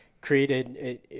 created